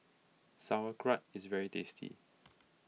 Sauerkraut is very tasty